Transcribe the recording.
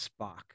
Spock